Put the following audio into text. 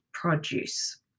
produce